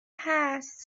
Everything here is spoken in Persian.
هست